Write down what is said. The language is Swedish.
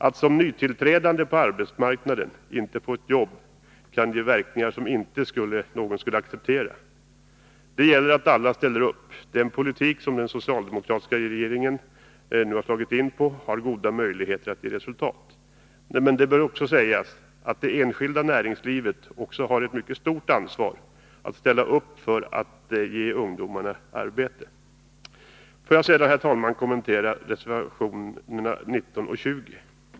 Att nytillträdande på arbetsmarknaden inte får ett jobb kan ge verkningar som inte någon skulle acceptera. Alla måste ställa upp. Med den politik som den socialdemokratiska regeringen nu har slagit in på finns det goda möjligheter att nå resultat. Det bör vidare framhållas att också det enskilda näringslivet har ett mycket stort ansvar för att ungdomarna får ett arbete. Herr talman! Jag skall så kommentera reservationerna 19 och 20.